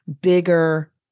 bigger